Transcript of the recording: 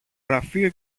γραφείο